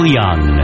young